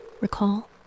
recall